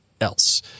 else